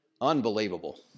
Unbelievable